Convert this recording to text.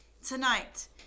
tonight